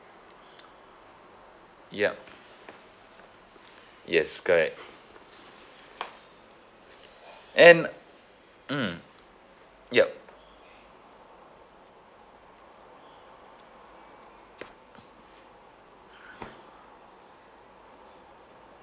yup yes correct and mm yup